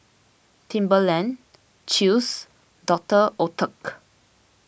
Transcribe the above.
Timberland Chew's Doctor Oetker